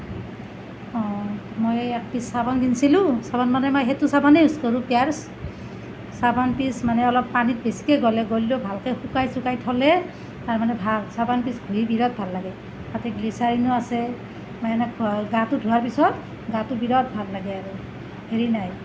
অ মই একপিচ চাবোন কিনিছিলোঁ চাবোন মানে মই সেইটো চাবোনেই ইউজ কৰোঁ পিয়েৰ্চ চাবোনপিচ মানে অলপ পানীত বেছিকৈ গলে গলিলেও ভালকৈ শুকুৱাই চুকুৱাই থ'লে তাৰ মানে ভাল চাবোনপিচ ঘঁহি বিৰাট ভাল লাগে তাতে গ্লীচাৰিনো আছে মানে সেনেকুৱা আৰু গাটো ধোৱাৰ পিছত গাটো বিৰাট ভাল লাগে আৰু হেৰি নাই